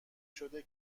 شده